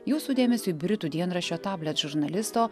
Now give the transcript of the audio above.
jūsų dėmesiui britų dienraščio tablet žurnalisto